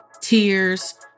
tears